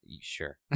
sure